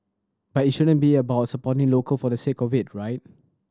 but it shouldn't be about supporting local for the sake of it right